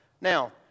Now